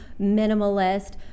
minimalist